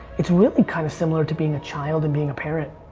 it's really kind of similar to being a child and being a parent.